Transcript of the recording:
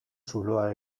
zuloa